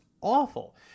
awful